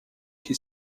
qui